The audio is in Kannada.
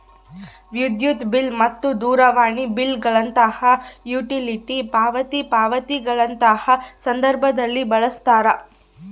ವಿದ್ಯುತ್ ಬಿಲ್ ಮತ್ತು ದೂರವಾಣಿ ಬಿಲ್ ಗಳಂತಹ ಯುಟಿಲಿಟಿ ಪಾವತಿ ಪಾವತಿಗಳಂತಹ ಸಂದರ್ಭದಲ್ಲಿ ಬಳಸ್ತಾರ